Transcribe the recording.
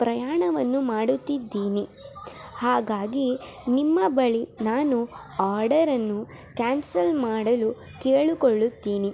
ಪ್ರಯಾಣವನ್ನು ಮಾಡುತ್ತಿದ್ದೀನಿ ಹಾಗಾಗಿ ನಿಮ್ಮ ಬಳಿ ನಾನು ಆರ್ಡರನ್ನು ಕ್ಯಾನ್ಸಲ್ ಮಾಡಲು ಕೇಳಿಕೊಳ್ಳುತ್ತೀನಿ